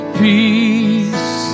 peace